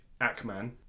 Ackman